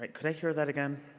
but could i hear that again?